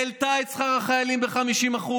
העלתה את שכר החיילים ב-50%,